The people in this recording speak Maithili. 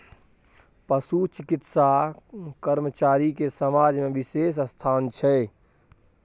पशु चिकित्सा कर्मचारी के समाज में बिशेष स्थान छै